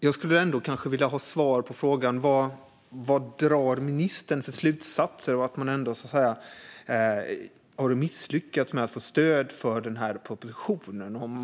Jag skulle dock vilja ha svar på frågan vad ministern drar för slutsatser av att man ändå har misslyckats med att få stöd för propositionen.